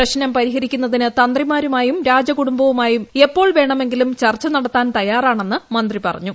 പ്രശ്നം പരിഹരിക്കുന്നതിന് തന്ത്രിമാരുമായും രാജകുടുംബവുമായും എപ്പോൾ വേണമെങ്കിലും ചർച്ച നടത്താൻ തയ്യാറാണെന്ന് മന്ത്രി പറഞ്ഞു